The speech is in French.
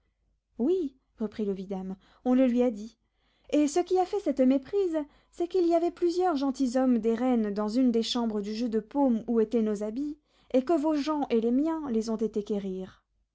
oui reprit le vidame on le lui a dit et ce qui a fait cette méprise c'est qu'il y avait plusieurs gentilshommes des reines dans une des chambres du jeu de paume où étaient nos habits et que vos gens et les miens les ont été quérir